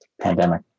pandemic